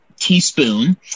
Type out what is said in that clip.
teaspoon